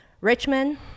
Richmond